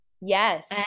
Yes